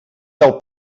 del